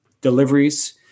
deliveries